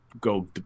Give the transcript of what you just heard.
go